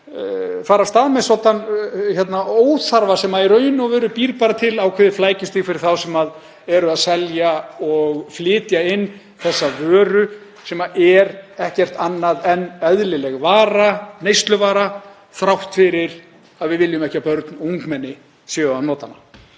fara af stað með svoddan óþarfa sem í raun og veru býr bara til ákveðið flækjustig fyrir þá sem eru að selja og flytja inn þessa vöru, sem er ekkert annað en eðlileg vara, neysluvara, þrátt fyrir að við viljum ekki að börn og ungmenni séu að nota hana.